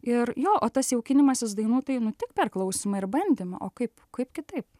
ir jo o tas jaukinimasis dainų tai nu tik per klausymą ir bandymą o kaip kaip kitaip